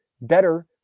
better